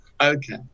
okay